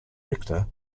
richter